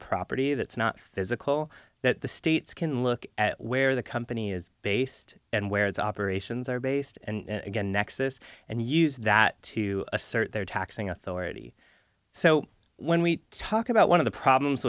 property that's not physical that the states can look at where the company is based and where its operations are based and again nexus and use that to assert their taxing authority so when we talk about one of the problems